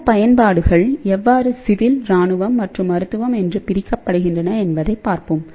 இந்த பயன்பாடுகள் எவ்வாறு சிவில்ராணுவம்மற்றும் மருத்துவம் என்று பிரிக்கப்படுகின்றன என்பதைப் பார்ப்போம்